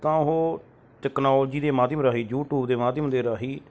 ਤਾਂ ਉਹ ਤਕਨੋਲੋਜੀ ਦੇ ਮਾਧਿਅਮ ਰਾਹੀਂ ਯੂਟੀਊਬ ਦੇ ਮਾਧਿਅਮ ਦੇ ਰਾਹੀ